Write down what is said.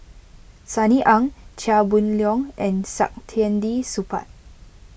Sunny Ang Chia Boon Leong and Saktiandi Supaat